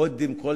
קודם כול